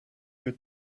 your